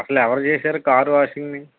అసలు ఎవరు చేశారు కారు వాషింగ్ ని